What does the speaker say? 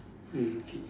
mm okay